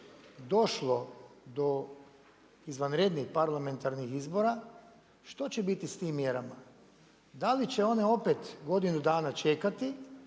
došlo do izvanrednih parlamentarnih izbora što će biti s tim mjerama? Da li će one opet godinu dana čekati,